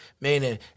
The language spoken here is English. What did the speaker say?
Meaning